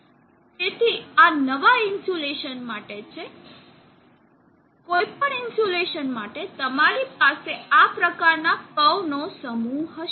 તેથી આ નવા ઇન્સ્યુલેશન માટે છે કોઈપણ ઇન્સ્યુલેશન માટે તમારી પાસે આ પ્રકારના કર્વ નો સમૂહ હશે